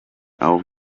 auch